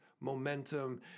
momentum